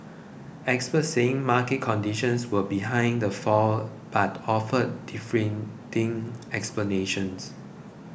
experts saying market conditions were behind the fall but offered differing explanations